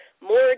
more